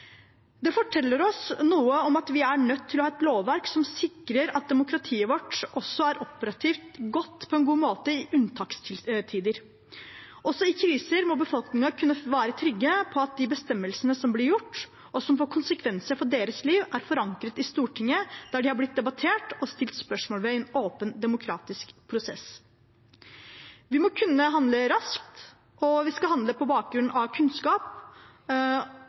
Det forteller oss noe om at vi er nødt til å ha et lovverk som sikrer at demokratiet vårt er operativt på en god måte også i unntakstider. Også i kriser må befolkningen kunne være trygg på at de bestemmelsene som blir tatt, og som får konsekvenser for deres liv, er forankret i Stortinget, der de har blitt debattert og stilt spørsmål om i en åpen og demokratisk prosess. Vi må kunne handle raskt, og vi skal handle på bakgrunn av kunnskap,